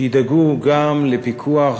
שידאגו גם לפיקוח